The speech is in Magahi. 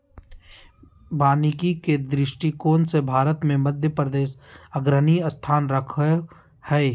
वानिकी के दृष्टिकोण से भारत मे मध्यप्रदेश अग्रणी स्थान रखो हय